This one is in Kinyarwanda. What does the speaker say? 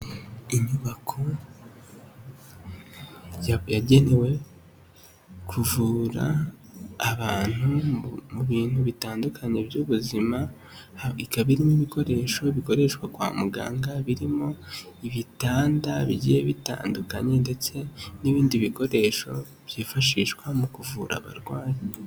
Inyubako yagenewe kuvura abantu mu bintu bitandukanye by'ubuzima ikaba irimo ibikoresho bikoreshwa kwa muganga birimo ibitanda bigiye bitandukanye ndetse n'ibindi bikoresho byifashishwa mu kuvura abarwayi.